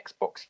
Xbox